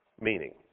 meaning